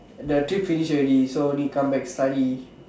the trip finish already so need come back study